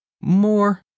more